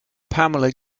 pamela